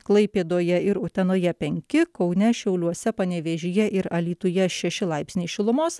klaipėdoje ir utenoje penki kaune šiauliuose panevėžyje ir alytuje šeši laipsniai šilumos